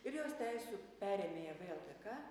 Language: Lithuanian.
ir jos teisių perėmėja vlkk